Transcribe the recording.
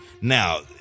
now